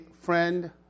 friend